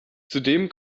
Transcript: zudem